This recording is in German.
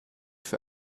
für